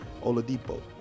Oladipo